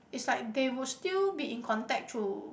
is like they would still be in contact through